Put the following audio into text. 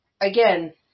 Again